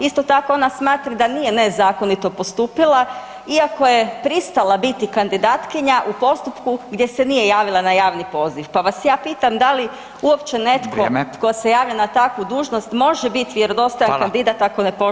Isto tako ona smatra da nije nezakonito postupila iako je pristala biti kandidatkinja u postupku gdje se nije javila na javni poziv pa vas ja pitam da li uopće netko [[Upadica Radin: Vrijeme.]] tko se javlja na takvu dužnost može biti vjerodostojan kandidat ako ne poštuje zakone.